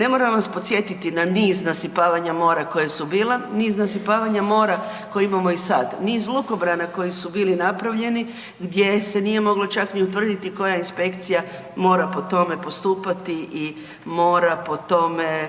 Ne moram vas podsjetiti na niz nasipavanja mora koja su bila, niz nasipavanja mora koja imamo i sad. Niz lukobrana koji su bili napravljeni gdje se nije moglo čak ni utvrditi koja inspekcija mora po tome postupati i mora po tome